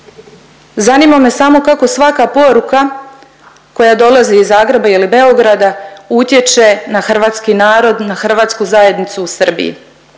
Zanima me samo kako svaka poruka koja dolazi iz Zagreba ili Beograda utječe na hrvatski narod i na hrvatsku zajednicu u Srbiji.